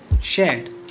shared